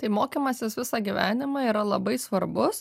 tai mokymasis visą gyvenimą yra labai svarbus